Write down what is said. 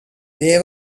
they